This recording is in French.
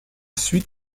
suit